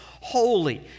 holy